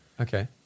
Okay